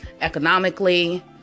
economically